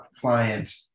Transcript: client